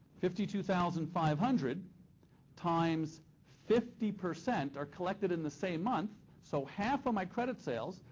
fifty two thousand five hundred times fifty percent are collected in the same month. so half of my credit sales,